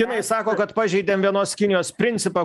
kinai sako kad pažeidėm vienos kinijos principą